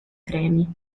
premi